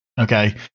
okay